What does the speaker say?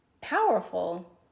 powerful